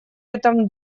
этом